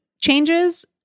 changes